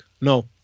No